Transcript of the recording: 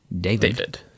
David